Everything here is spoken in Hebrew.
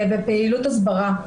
בפעילות הסברה.